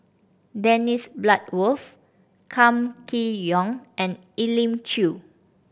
Dennis Bloodworth Kam Kee Yong and Elim Chew